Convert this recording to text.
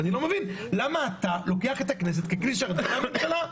ואני לא מבין למה אתה לוקח את הכנסת ככלי שרת בידי הממשלה.